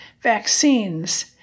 vaccines